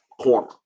corner